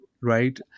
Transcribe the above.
right